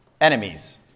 enemies